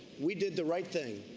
we did the right thing.